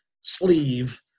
sleeve